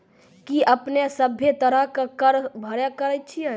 कि अपने सभ्भे तरहो के कर भरे छिये?